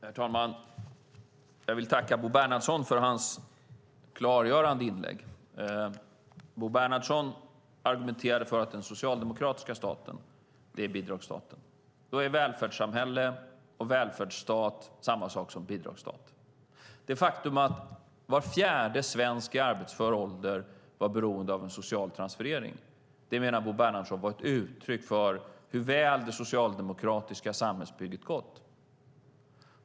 Herr talman! Jag vill tacka Bo Bernhardsson för hans klargörande inlägg. Han argumenterade för att den socialdemokratiska staten är bidragsstaten. Då är välfärdssamhälle och välfärdsstat samma sak som bidragsstat. Det faktum att var fjärde svensk i arbetsför ålder var beroende av en social transferering menar Bo Bernhardsson var ett uttryck för hur väl det socialdemokratiska samhällsbygget har gått.